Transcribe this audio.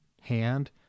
hand